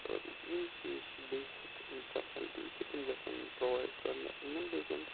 ٲں یِم چیٖز چھِ بیٚسِک یِم فیسَلٹیٖز چھِ تِم گَژھیٚن ینۍ پرٛووایِڈ کَرنہٕ یِمَن پیشیٚنٛٹ